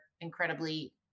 incredibly